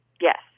Yes